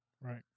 Right